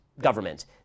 government